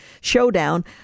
showdown